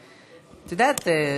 את יודעת,